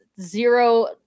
zero